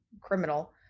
criminal